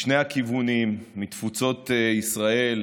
משני הכיוונים מתפוצות ישראל,